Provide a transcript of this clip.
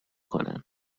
کنن